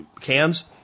cans